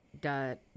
dot